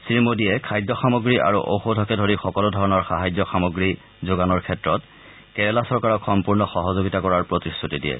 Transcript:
শ্ৰীমোডীয়ে খাদ্য সামগ্ৰী আৰু ঔষধকে ধৰি সকলোধৰণৰ সাহায্য সামগ্ৰী যোগানৰ ক্ষেত্ৰত কেৰালা চৰকাৰক সম্পূৰ্ণ সহযোগিতা কৰাৰ প্ৰতিশ্ৰতি দিয়ে